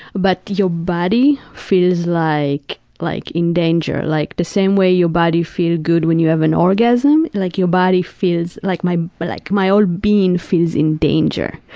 but your body feels like like in danger. like the same way your body feels good when you have an orgasm, like your body feels, like my but like my whole being feels in danger.